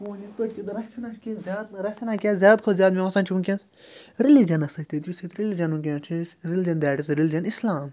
رَژھِ ہنہ کینٛہہ زیاد کھۄتہٕ زیادٕ مےٚ باسان چھِ وٕنۍکٮ۪س رِلِجَنَس سۭتۍ تہِ یُس ییٚتہِ رِلِجَن وٕنۍکٮ۪نَس چھِ رِلَجَن دیٹ اِز رِلجَن اِسلام